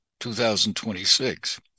2026